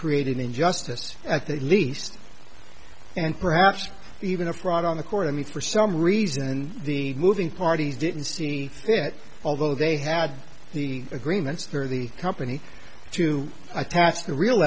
create an injustice at the least and perhaps even a fraud on the court i mean for some reason the moving parties didn't see it although they had the agreements for the company to attach the real